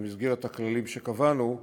במסגרת הכללים שקבענו,